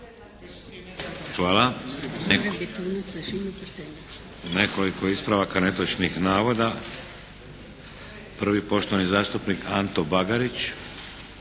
Hvala. Nekoliko ispravaka netočnih navoda. Prvi poštovani zastupnik Anto Bagarić.